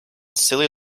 silly